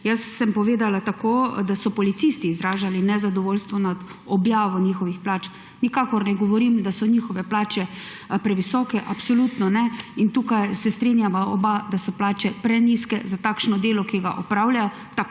Jaz sem povedala, da so policisti izražali nezadovoljstvo nad objavo njihovih plač. Nikakor ne govorim, da so njihove plače previsoke, absolutno ne. Tukaj se strinjava oba, da so plače prenizke za takšno delo, ki ga opravljajo